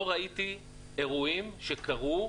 לא ראיתי אירועים שקרו,